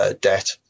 debt